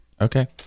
Okay